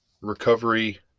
Recovery